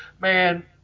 man